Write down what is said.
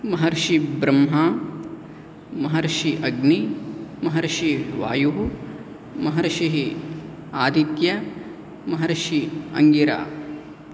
महर्षिब्रह्मा महर्षि अग्नि महर्षिवायुः महर्षिः आदित्य महर्षि अङ्गिर